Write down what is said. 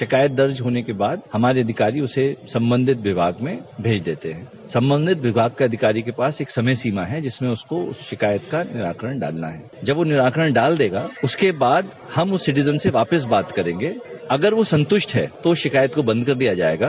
शिकायत दर्ज होने के बाद हमारे अधिकारी उसे संबंधित विभाग में भेज देते हैं संबंधित विभाग के अधिकारी के पास एक समय सीमा है जिसमें उसको उस शिकायत का निराकरण डालना है जब वह निराकरण डाल देगा उसके बाद हम उस सीटिज़न से वापस बात करेंगे अगर वह संतृष्ट है तो शिकायत को बंद कर दिया जायेगा